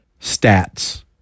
stats